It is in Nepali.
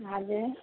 हजुर